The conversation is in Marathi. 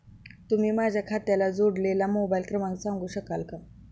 तुम्ही माझ्या खात्याला जोडलेला मोबाइल क्रमांक सांगू शकाल का?